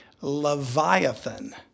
Leviathan